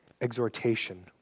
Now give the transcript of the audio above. exhortation